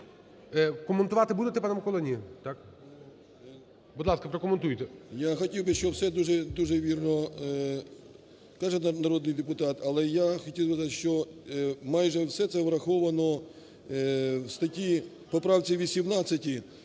Я хотів би, щоб все дуже вірно каже нам народний депутат. Але я хотів би додати, що майже все це враховано в статті, поправці 18.